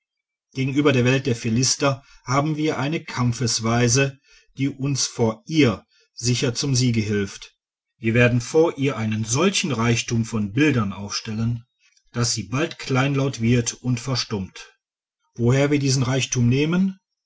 gegenüber der welt der philister haben wir eine kampfesweise die uns vor ihr sicher zum siege hilft wir werden vor ihr einen solchen reichtum von bildern aufstellen daß sie bald kleinlaut wird und verstummt woher wir diesen reichtum nehmen